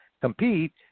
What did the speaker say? compete